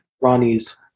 Ronnie's